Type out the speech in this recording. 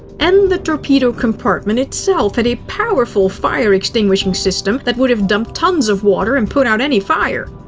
and the torpedo compartment itself had a powerful fire-extinguishing system that would have dumped tons of water and put out any fire.